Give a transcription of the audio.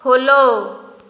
follow